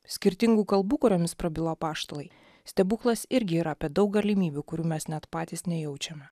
skirtingų kalbų kuriomis prabilo apaštalai stebuklas irgi yra apie daug galimybių kurių mes net patys nejaučiame